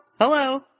Hello